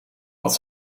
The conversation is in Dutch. wat